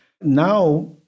now